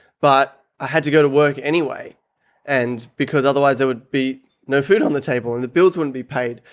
but i had to go to work anyway and because otherwise there would be no food on the table and the bills wouldn't be paid.